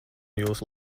jūsu